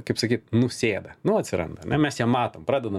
kaip sakyt nusėda nu atsiranda ane mes ją matom pradeda